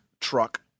truck